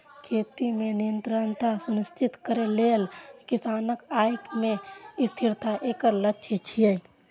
खेती मे निरंतरता सुनिश्चित करै लेल किसानक आय मे स्थिरता एकर लक्ष्य छियै